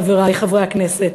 חברי חברי הכנסת.